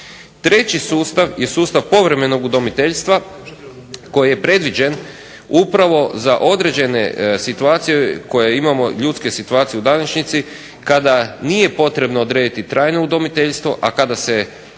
Treći sustav je sustav povremenog udomiteljstva koji je predviđen upravo za određene situacije koje imamo, ljudske situacije u današnjici kada nije potrebno odrediti trajno udomiteljstvo, a kada se